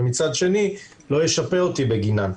ומצד שני לא ישפה אותי בגינן.